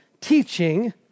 teaching